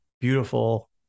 beautiful